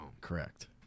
Correct